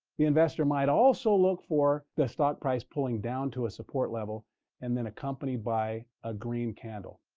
the investor might also look for the stock price pulling down to a support level and then accompanied by a green candle.